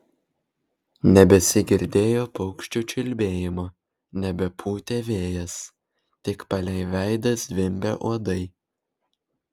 nebesigirdėjo paukščių čiulbėjimo nebepūtė vėjas tik palei veidą zvimbė uodai